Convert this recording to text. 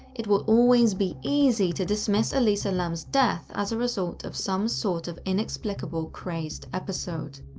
it will always be easy to dismiss elisa lam's death as a result of some sort of inexplicable, crazed episode.